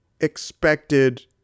expected